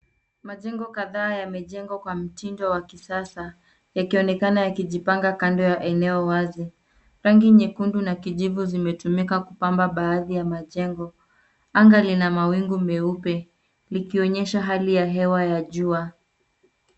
Majengo kadhaa yamejengwa kwa mtindo wa kisasa yakionekana yakijipanga kando ya eneo wazi. Rangi nyekundu na kijivu zimetumika kupamba baadhi ya majengo. Anga lina mawingu meupe likionyesha hali ya hewa ya jua.